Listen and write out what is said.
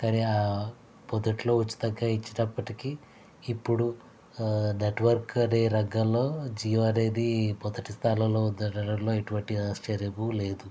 కానీ మొదట్లో ఉచితంగా ఇచ్చినప్పటికీ ఇప్పుడు నెట్వర్క్ అనే రంగంలో జియో అనేది మొదటి స్థానంలో ఉంది అనడంలో ఎటువంటి ఆశ్చర్యము లేదు